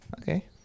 Okay